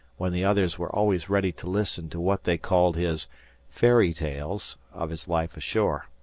when the others were always ready to listen to what they called his fairy-tales of his life ashore.